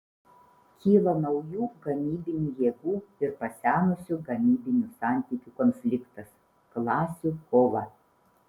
kyla naujų gamybinių jėgų ir pasenusių gamybinių santykių konfliktas klasių kova